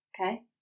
Okay